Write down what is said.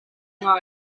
ngai